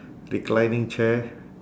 reclining chair